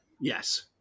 yes